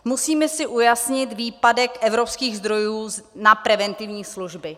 Musíme si ujasnit výpadek evropských zdrojů na preventivní služby.